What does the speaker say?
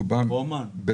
רובן בתוך העיריות.